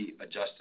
adjusted